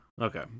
Okay